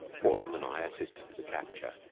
portland and i assisted at the capture,